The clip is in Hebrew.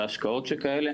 בהשקעות שכאלה,